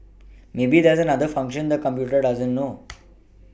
maybe there's another function the computer doesn't know